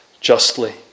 justly